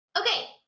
Okay